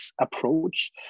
approach